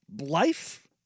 life